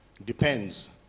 Depends